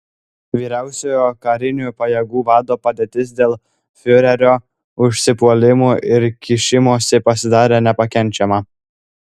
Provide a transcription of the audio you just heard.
vyriausiojo karinių pajėgų vado padėtis dėl fiurerio užsipuolimų ir kišimosi pasidarė nepakenčiama